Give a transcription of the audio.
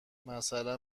مثلا